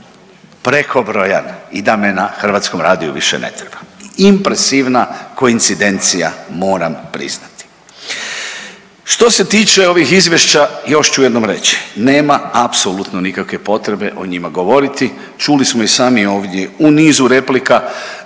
prekobrojan i da me na Hrvatskom radiju više ne treba. Impresivna koincidencija moram priznati. Što se tiče ovih izvješća još ću jednom reći, nema apsolutno nikakve potrebe o njima govoriti, čuli smo i sami ovdje u nizu replika